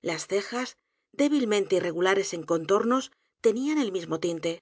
las cejas débilmente irregulares en contornos tenían el mismo tinte